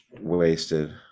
wasted